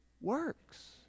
works